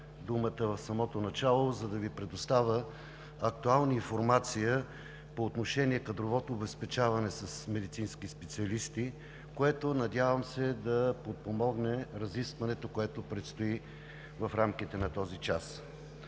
думата в самото начало, за да Ви предоставя актуална информация по отношение на кадровото обезпечаване с медицински специалисти, което, надявам се, да подпомогне разискването, което предстои в рамките на този час.